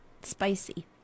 spicy